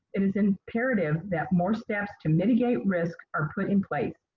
it is imperative that more steps to mitigate risk are put in place.